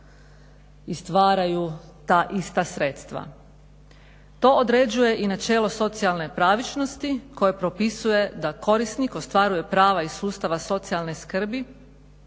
i stvaraju ta ista sredstva. To određuje i načelo socijalne pravičnosti koje propisuje da korisnik ostvaruje prava iz sustava socijalne skrbi